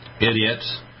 idiots